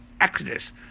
exodus